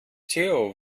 theo